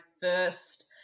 first